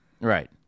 Right